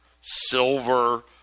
silver